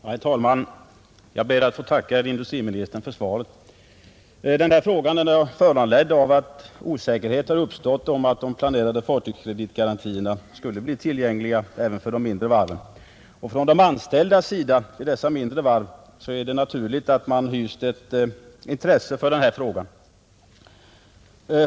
Herr talman! Jag ber att få tacka industriministern för svaret. Denna fråga är föranledd av att osäkerhet har uppstått, huruvida de planerade fartygskreditgarantierna skulle bli tillgängliga även för de mindre varven. Det är naturligt att de anställda vid dessa mindre varv har hyst intresse för den här frågan.